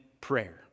prayer